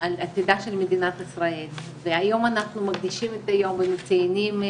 על עתידה של מדינת ישראל והיום אנחנו מקדישים את היום לצעירים,